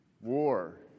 war